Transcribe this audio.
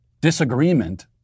disagreement